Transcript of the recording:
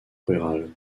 rural